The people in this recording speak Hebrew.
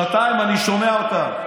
שנתיים אני שומע אותם.